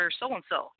so-and-so